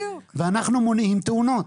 ואנחנו מונעים תאונות.